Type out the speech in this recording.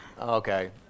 Okay